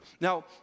Now